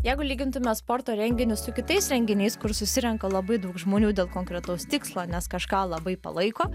jeigu lygintume sporto renginius su kitais renginiais kur susirenka labai daug žmonių dėl konkretaus tikslo nes kažką labai palaiko